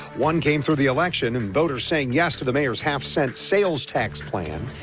one came through the election, and voters saying yes to the mayor's half cent sales tax plan.